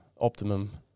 optimum